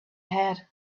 had